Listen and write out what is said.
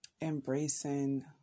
embracing